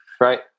Right